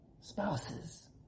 spouses